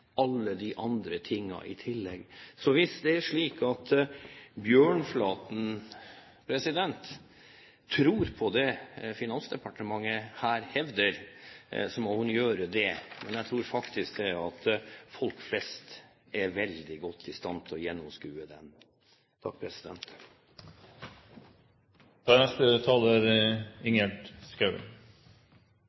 alle andre ting i tillegg. Hvis det er slik at Bjørnflaten tror på det Finansdepartementet her hevder, så må hun gjøre det. Men jeg tror faktisk at folk flest er veldig godt i stand til å gjennomskue det. Da